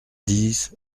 dix